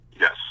Yes